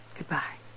Goodbye